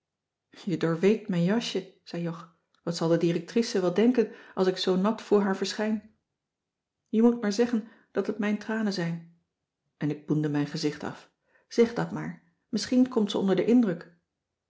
je doorweekt mijn jasje zei jog wat zal de directrice wel denken als ik zoo nat voor haar verschijn je moet maar zeggen dat het mijn tranen zijn en ik boende mijn gezicht af zeg dat maar misschien komt ze onder den indruk